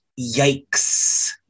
yikes